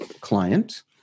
client